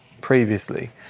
previously